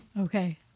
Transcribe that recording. Okay